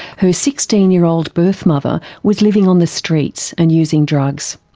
her sixteen year old birth mother was living on the streets and using drugs.